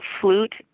flute